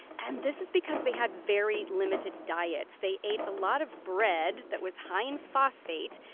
and this is because they had very limited diets. they ate a lot of bread that was high in phosphate.